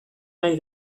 nahi